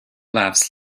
laughs